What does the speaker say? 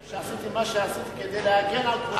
אני חושב שעשיתי את מה שעשיתי כדי להגן על כבודם של,